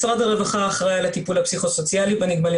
משרד הרווחה אחראי על הטיפול הפסיכוסוציאלי בנגמלים